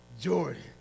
Jordan